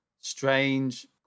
strange